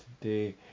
today